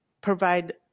provide